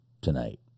tonight